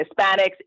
hispanics